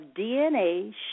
DNA